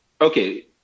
okay